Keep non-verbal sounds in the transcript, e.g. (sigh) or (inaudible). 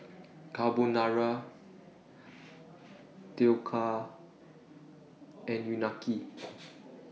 Carbonara Dhokla and Unagi (noise)